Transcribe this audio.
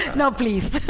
no, please